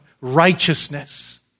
righteousness